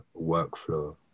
workflow